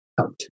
out